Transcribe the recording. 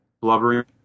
blubbering